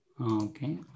Okay